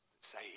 say